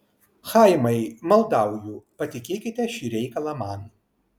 chaimai maldauju patikėkite šį reikalą man